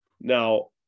Now